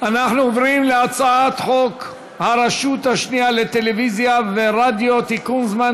הצעת החוק עברה בקריאה טרומית ותעבור לוועדת העבודה,